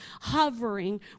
hovering